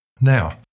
Now